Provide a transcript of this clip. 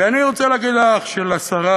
ואני רוצה להגיד לך שלשרה